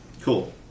cool